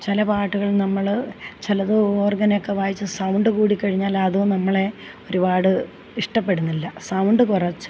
ചില പാട്ടുകൾ നമ്മൾ ചിലത് ഓർഗനൊക്കെ വായിച്ച് സൗണ്ട് കൂടി കഴിഞ്ഞാൽ അത് നമ്മളെ ഒരുപാട് ഇഷ്ടപ്പെടുന്നില്ല സൗണ്ട് കുറച്ച്